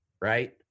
right